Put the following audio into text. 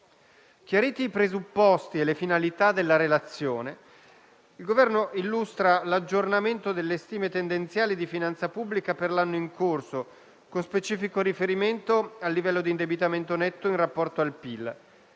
Chiariti i presupposti e le finalità della relazione, il Governo illustra l'aggiornamento delle stime tendenziali di finanza pubblica per l'anno in corso, con specifico riferimento al livello di indebitamento netto in rapporto al PIL.